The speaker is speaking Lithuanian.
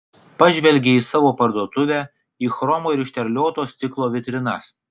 pažvelgė į savo parduotuvę į chromo ir išterlioto stiklo vitrinas